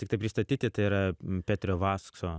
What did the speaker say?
tiktai pristatyti tai yra peterio vaskso